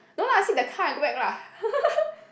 no lah I sit the car and go back lah